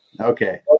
Okay